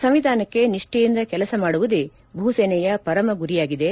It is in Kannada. ಸಂವಿಧಾನಕ್ಕೆ ನಿಷ್ಠೆಯಿಂದ ಕೆಲಸ ಮಾಡುವುದೇ ಭೂಸೇನೆಯ ಪರಮ ಗುರಿಯಾಗಿದೆ